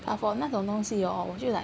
but for 那种东西 hor 我就 like